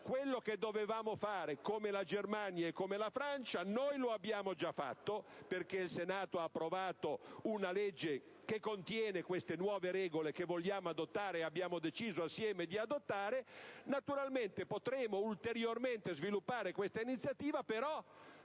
quello che dovevamo fare, come la Germania e come la Francia, lo abbiamo già fatto, perché il Senato ha approvato una legge che contiene queste nuove regole che abbiamo deciso, assieme, di adottare. Naturalmente, potremo ulteriormente sviluppare questa iniziativa, però,